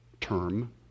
term